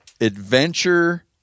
adventure